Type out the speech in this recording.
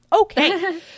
Okay